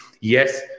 yes